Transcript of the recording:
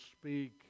speak